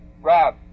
Rob